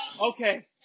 Okay